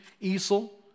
easel